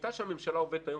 השיטה שהממשלה עובדת היום,